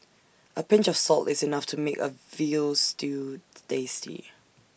A pinch of salt is enough to make A Veal Stew tasty